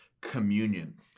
communion